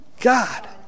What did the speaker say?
God